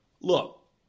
look